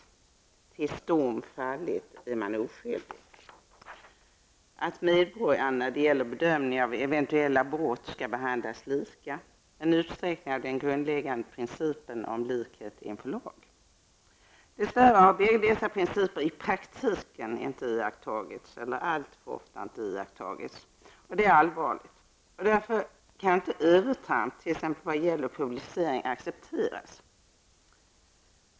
Tills dom fallit är man oskyldig. Medborgarna skall behandlas lika när det gäller bedömning av eventuella brott -- en utsträckning av den grundläggande principen om likhet inför lagen. Dess värre har bägge dessa principer i praktiken inte iakttagits, eller alltför ofta inte iakttagits. Det är allvarligt. Därför kan inte övertramp t.ex. i vad gäller publicering accepteras.